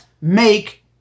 make